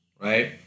Right